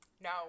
No